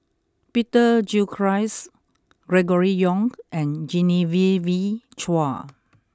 Peter Gilchrist Gregory Yong and Genevieve Chua